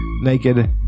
naked